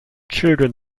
children